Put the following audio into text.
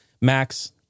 Max